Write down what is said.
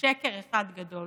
שקר אחד גדול.